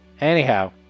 Anyhow